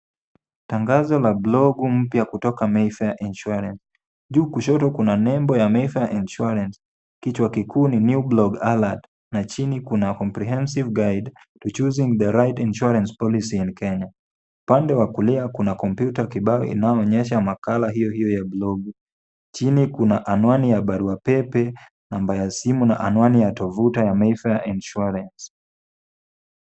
Tangazo la blogu mpya kutoka Mayfair Insurance. Juu kushoto kuna nembo ya Mayfair Insurance. Kichwa kikuu ni, new blog alert , na chini kuna comprehensive guide to choosing the right insurance policy in Kenya . Pande wa kulia kuna kompyuta kibao inayoonyesha makala hiyo hiyo ya blogu. Chini kuna anwani ya barua pepe ambayo simu na anwani ya tovuta ya Mayfair Insurance.